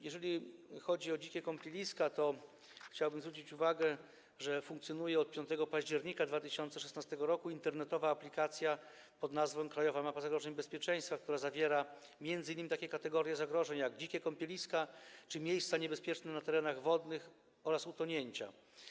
Jeżeli chodzi o dzikie kąpieliska, to chciałbym zwrócić uwagę, że funkcjonuje od 5 października 2016 r. internetowa aplikacja pod nazwą Krajowa Mapa Zagrożeń Bezpieczeństwa, która zawiera m.in. takie kategorie zagrożeń, jak dzikie kąpieliska czy miejsca niebezpieczne na terenach wodnych oraz miejsca utonięć.